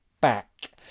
back